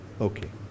Okay